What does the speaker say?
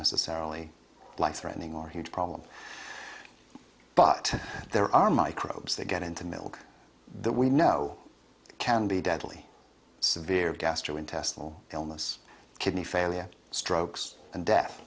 necessarily life threatening or a huge problem but there are microbes that get into milk that we know can be deadly severe gastrointestinal illness kidney failure strokes and death